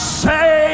say